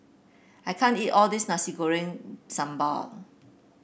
I can't eat all this Nasi Goreng Sambal